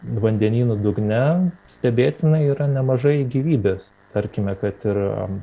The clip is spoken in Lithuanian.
vandenynų dugne stebėtinai yra nemažai gyvybės tarkime kad ir